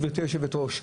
גבירתי היושבת-ראש,